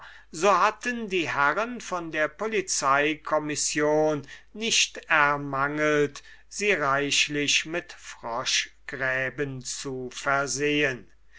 so hatten die herren von der polizeicommission nicht ermangelt sie reichlich mit froschgräben zu versehen